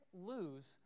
lose